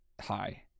hi